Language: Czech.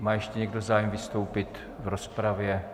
Má ještě někdo zájem vystoupit v rozpravě?